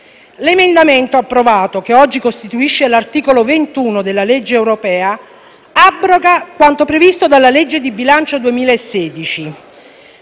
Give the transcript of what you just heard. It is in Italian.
L'emendamento approvato, che oggi costituisce l'articolo 21 della legge europea, abroga quanto previsto dalla legge di bilancio 2016.